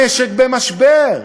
המשק במשבר.